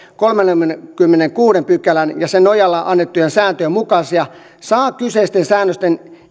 kolmannenkymmenennenkuudennen pykälän ja sen nojalla annettujen sääntöjen mukaisia saa kyseisten säännösten